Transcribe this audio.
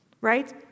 right